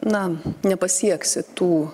na nepasieksi tų